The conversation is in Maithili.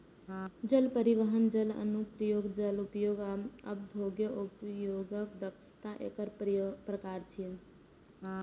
जल परिवहन, जल अनुप्रयोग, जल उपयोग आ उपभोग्य उपयोगक दक्षता एकर प्रकार छियै